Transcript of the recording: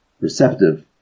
receptive